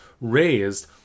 raised